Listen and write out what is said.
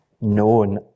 known